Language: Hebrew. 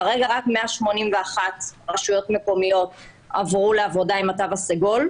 כרגע רק 181 רשויות מקומיות עברו לעבודה עם התו הסגול.